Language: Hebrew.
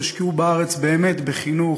יושקע בארץ באמת בחינוך,